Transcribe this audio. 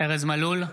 ארז מלול,